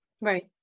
Right